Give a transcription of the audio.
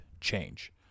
change